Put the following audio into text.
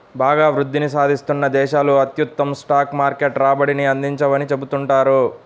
బాగా వృద్ధిని సాధిస్తున్న దేశాలు అత్యుత్తమ స్టాక్ మార్కెట్ రాబడిని అందించవని చెబుతుంటారు